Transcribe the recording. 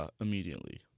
immediately